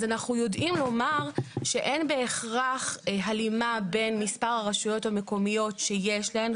אנחנו יודעים לומר שאין בהכרח הלימה בין מספר הרשויות המקומיות שיש להן,